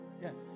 yes